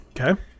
Okay